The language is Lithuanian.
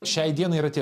šiai dienai yra tie